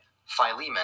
Philemon